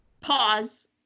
pause